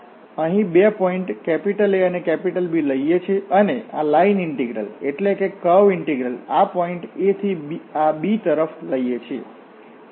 અહીં બે point A અને B લઈએ છીએ અને આ લાઇન ઇન્ટીગ્રલ એટ્લે કર્વ ઇન્ટીગ્રલ આ પોઇન્ટ A થી આ B તરફ લઈએ છીએ